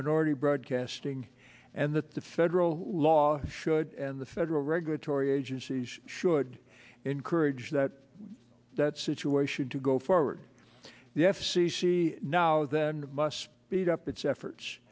minority broadcasting and that the federal law should and the federal regulatory agencies should encourage that that situation to go forward the f c c now then must beat up its efforts